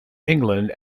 england